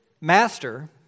Master